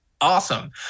awesome